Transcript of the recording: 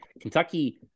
Kentucky